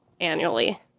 annually